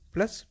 Plus